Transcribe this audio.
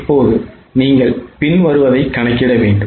இப்போது நீங்கள் பின்வருவதைக் கணக்கிட வேண்டும்